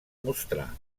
mostrar